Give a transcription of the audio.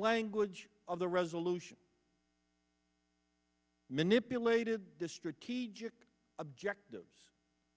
language of the resolution manipulated the strategic objectives